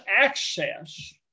access